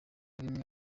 rimwe